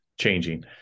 changing